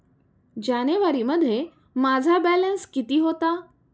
जानेवारीमध्ये माझा बॅलन्स किती होता?